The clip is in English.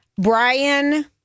Brian